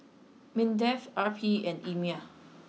Mindef R P and EMA